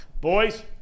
Boys